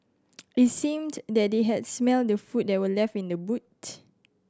it seemed that they had smelt the food that were left in the boot